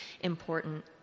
important